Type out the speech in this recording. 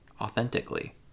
authentically